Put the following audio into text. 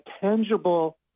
tangible